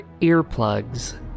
earplugs